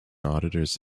auditors